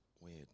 weird